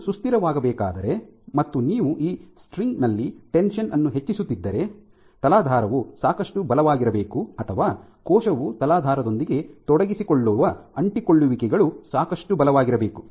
ಇದು ಸುಸ್ಥಿರವಾಗಬೇಕಾದರೆ ಮತ್ತು ನೀವು ಈ ಸ್ಟ್ರಿಂಗ್ ನಲ್ಲಿ ಟೆನ್ಷನ್ ಅನ್ನು ಹೆಚ್ಚಿಸುತ್ತಿದ್ದರೆ ತಲಾಧಾರವು ಸಾಕಷ್ಟು ಬಲವಾಗಿರಬೇಕು ಅಥವಾ ಕೋಶವು ತಲಾಧಾರದೊಂದಿಗೆ ತೊಡಗಿಸಿಕೊಳ್ಳುವ ಅಂಟಿಕೊಳ್ಳುವಿಕೆಗಳು ಸಾಕಷ್ಟು ಬಲವಾಗಿರಬೇಕು